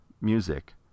music